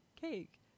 cake